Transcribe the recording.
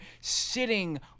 sitting